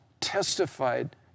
testified